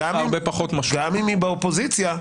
גם אם היא באופוזיציה,